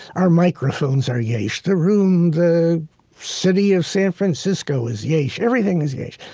our microphones are yaish. the room, the city of san francisco is yaish everything is yaish.